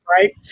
right